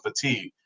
fatigue